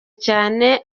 cyane